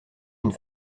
une